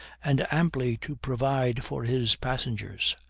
and amply to provide for his passengers.